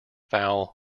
foul